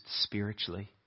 spiritually